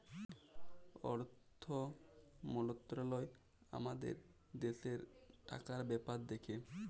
অথ্থ মলত্রলালয় আমাদের দ্যাশের টাকার ব্যাপার দ্যাখে